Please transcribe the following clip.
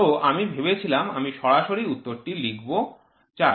তো আমি ভেবেছিলাম আমি সরাসরি উত্তরটি লিখব ৪০